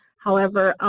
however,